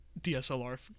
DSLR